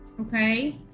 Okay